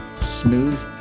smooth